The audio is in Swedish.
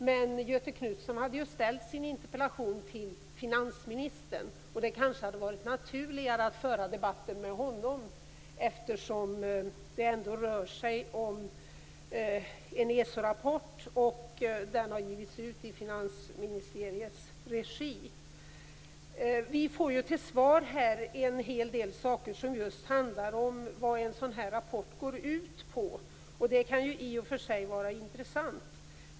Men Göthe Knutson hade ställt sin interpellation till finansministern. Det kanske hade varit naturligare att föra debatten med honom, eftersom det ändå rör sig om en ESO-rapport och den har givits ut i finansministeriets regi. Vi får till svar en hel del saker som handlar om just vad en sådan här rapport går ut på. Det kan i och för sig vara intressant.